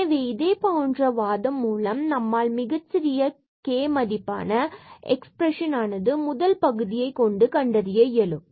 எனவே இதே போன்று வாதம் மூலம் நம்மால் மிகச்சிறிய k மதிப்பான இந்த எக்ஸ்பிரஷன்ஸ் ஆனது முதல் பகுதியை kfyab கொண்டு கண்டறிய இயலும்